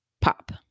pop